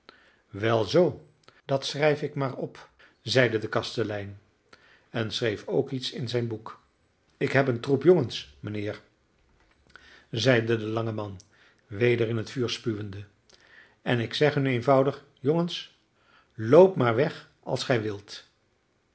wel zoo dat schrijf ik maar op zeide de kastelein en schreef ook iets in zijn boek ik heb een troep jongens mijnheer zeide de lange man weder in het vuur spuwende en ik zeg hun eenvoudig jongens loop maar weg als gij wilt